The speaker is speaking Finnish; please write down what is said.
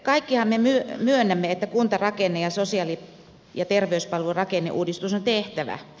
kaikkihan me myönnämme että kuntarakenne ja sosiaali ja terveyspalvelurakenneuudistus on tehtävä